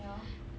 ya